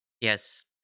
yes